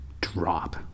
drop